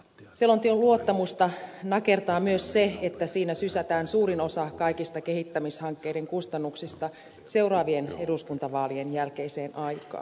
selonteon luottamusta nakertaa myös se että siinä sysätään suurin osa kaikista kehittämishankkeiden kustannuksista seuraavien eduskuntavaalien jälkeiseen aikaan